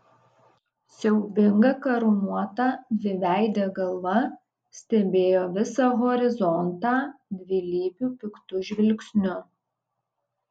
siaubinga karūnuota dviveidė galva stebėjo visą horizontą dvilypiu piktu žvilgsniu